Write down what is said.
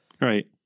Right